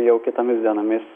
jau kitomis dienomis